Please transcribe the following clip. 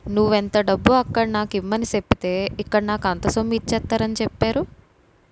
నువ్వు ఎంత డబ్బు అక్కడ నాకు ఇమ్మని సెప్పితే ఇక్కడ నాకు అంత సొమ్ము ఇచ్చేత్తారని చెప్పేరు